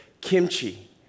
kimchi